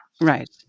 right